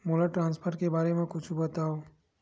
मोला ट्रान्सफर के बारे मा कुछु बतावव?